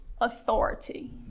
authority